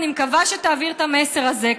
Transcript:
אני מקווה שתעביר את המסר הזה,